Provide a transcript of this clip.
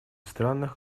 странах